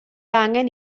angen